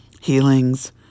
Healings